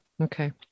Okay